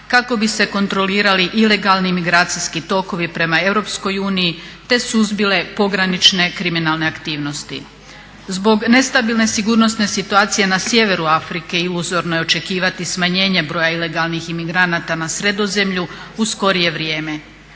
kako bi se kontrolirali ilegalni migracijski tokovi prema Europskoj uniji te suzbile pogranične kriminalne aktivnosti. Zbog nestabilne sigurnosne situacije na sjeveru Afrike i uzorno je očekivati smanjenje broja ilegalnih imigranata na Sredozemlju u skorije vrijeme.